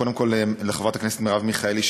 קודם כול לחברת הכנסת מרב מיכאלי,